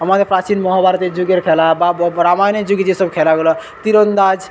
আমাদের প্রাচীন মহাভারতের যুগের খেলা বা রামায়ণের যুগে যেসব খেলাগুলো তীরন্দাজ